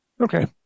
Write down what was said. okay